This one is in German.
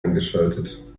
eingeschaltet